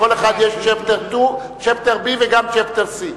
לכל אחד יש chapter 2, chapter b וגם chapter c.